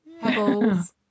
Pebbles